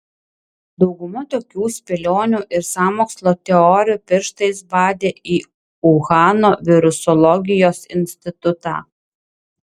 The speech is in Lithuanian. dauguma tokių spėlionių ir sąmokslo teorijų pirštais badė į uhano virusologijos institutą